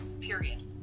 period